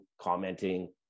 commenting